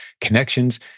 connections